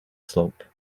slope